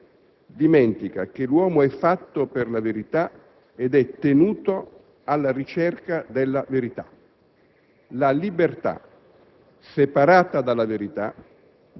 L'irreligione occidentale dimentica che l'uomo è fatto per la verità ed è tenuto alla ricerca della verità. La libertà,